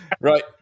Right